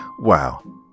wow